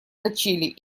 качели